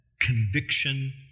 conviction